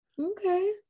Okay